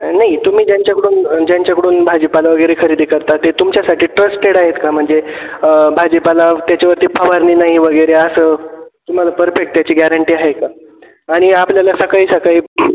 नाही तुम्ही ज्यांच्याकडून ज्यांच्याकडून भाजीपाला वगैरे खरेदी करता ते तुमच्यासाठी ट्रस्टेड आहेत का म्हणजे भाजीपाला त्याच्यावरती फवारणी नाही वगेरे असं तुम्हाला परफेक्ट त्याची गॅरंटी आहे का आणि आपल्याला सकाळी सकाळी